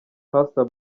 pastor